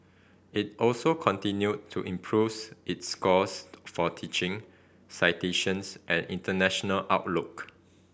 it also continued to improves its scores for teaching citations and international outlook